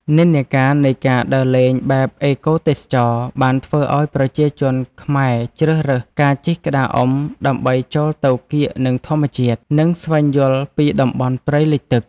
និន្នាការនៃការដើរលេងបែបអេកូទេសចរណ៍ បានធ្វើឱ្យប្រជាជនខ្មែរជ្រើសរើសការជិះក្តារអុំ ដើម្បីចូលទៅកៀកនឹងធម្មជាតិ និងស្វែងយល់ពីតំបន់ព្រៃលិចទឹក។